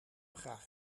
graag